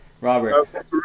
Robert